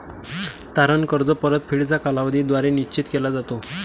तारण कर्ज परतफेडीचा कालावधी द्वारे निश्चित केला जातो